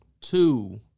Two